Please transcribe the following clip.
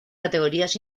categorías